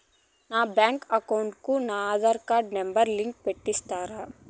నా bank account కు నా ఆధార్ నెంబర్ లింకు పెట్టి ఇస్తారా?